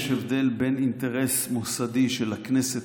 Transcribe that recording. יש הבדל בין אינטרס מוסדי של הכנסת